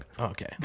Okay